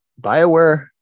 Bioware